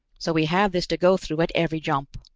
so we have this to go through at every jump!